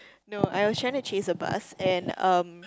no I was trying to chase a bus and um